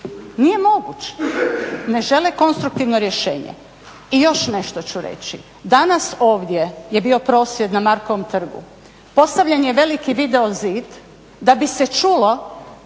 nije moguć, ne žele konstruktivno rješenje. I još nešto ću reći, danas ovdje je bio prosvjed na Markovom trgu, postavljen je veliki videozid da bi se čulo